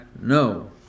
no